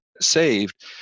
saved